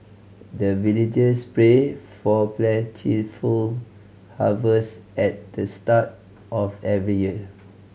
the villagers pray for plentiful harvest at the start of every year